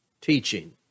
teaching